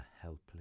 helpless